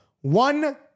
One